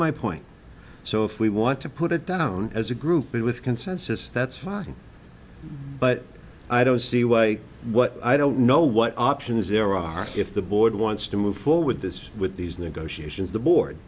my point so if we want to put it down as a group with consensus that's fine but i don't see why what i don't know what options there are if the board wants to move forward this with these negotiations the board